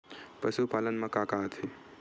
पशुपालन मा का का आथे?